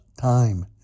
time